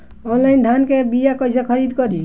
Online धान के बीया कइसे खरीद करी?